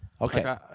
Okay